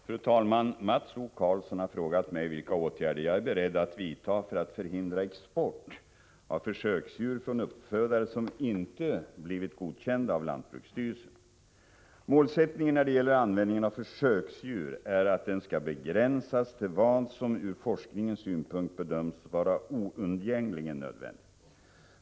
Fru talman! Mats O Karlsson har frågat mig vilka åtgärder jag är beredd att vidta för att förhindra export av försöksdjur från uppfödare som inte blivit godkända av lantbruksstyrelsen. Målsättningen när det gäller användningen av försöksdjur är att den skall begränsas till vad som ur forskningens synpunkt bedöms vara oundgängligen nödvändigt.